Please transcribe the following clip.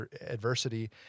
adversity